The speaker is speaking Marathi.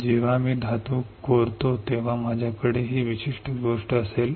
जेव्हा मी धातू खोदतो तेव्हा माझ्याकडे ही विशिष्ट गोष्ट असेल